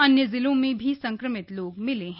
अन्य जिलों में भी संक्रमित लोग मिले हैं